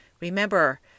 Remember